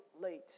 late